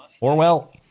Orwell